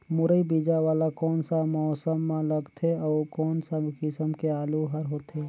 मुरई बीजा वाला कोन सा मौसम म लगथे अउ कोन सा किसम के आलू हर होथे?